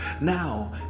Now